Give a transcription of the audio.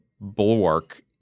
bulwark